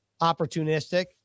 opportunistic